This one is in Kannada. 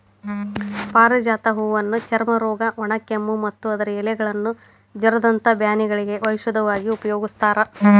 ಪಾರಿಜಾತ ಹೂವನ್ನ ಚರ್ಮರೋಗ, ಒಣಕೆಮ್ಮು, ಮತ್ತ ಅದರ ಎಲೆಗಳನ್ನ ಜ್ವರದಂತ ಬ್ಯಾನಿಗಳಿಗೆ ಔಷಧವಾಗಿ ಉಪಯೋಗಸ್ತಾರ